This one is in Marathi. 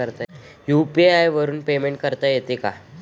यु.पी.आय वरून पेमेंट करता येते का?